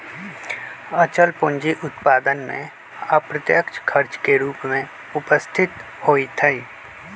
अचल पूंजी उत्पादन में अप्रत्यक्ष खर्च के रूप में उपस्थित होइत हइ